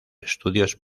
estudios